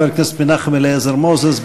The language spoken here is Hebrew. חבר הכנסת מנחם אליעזר מוזס,